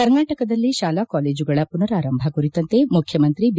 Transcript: ಕರ್ನಾಟಕದಲ್ಲಿ ಶಾಲಾ ಕಾಲೇಜುಗಳ ಪುನರಾರಂಭ ಕುರಿತಂತೆ ಮುಖ್ಯಮಂತ್ರಿ ಬಿ